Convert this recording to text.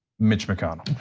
mitch mcconnell.